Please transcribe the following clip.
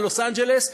ללוס-אנג'לס,